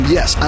Yes